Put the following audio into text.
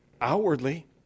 Outwardly